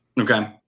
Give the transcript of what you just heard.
Okay